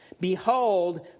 Behold